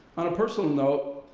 on a personal note,